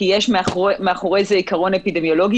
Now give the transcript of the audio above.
כי יש מאחורי זה עיקרון אפידמיולוגי.